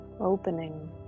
opening